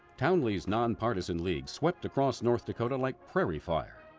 townley's nonpartisan league swept across north dakota like prairie fire.